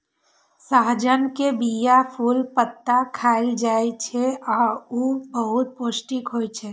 सहजन के बीया, फूल, पत्ता खाएल जाइ छै आ ऊ बहुत पौष्टिक होइ छै